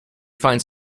finds